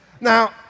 Now